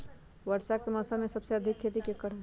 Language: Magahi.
वर्षा के मौसम में सबसे अधिक खेती केकर होई?